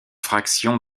fraction